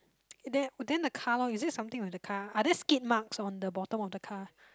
then then then the car loh is it something like the car are there skid marks on the bottom of the car